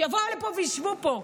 שיבואו לפה וישבו פה,